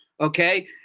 okay